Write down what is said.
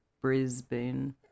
Brisbane